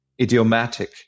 idiomatic